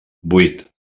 vuit